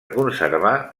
conservar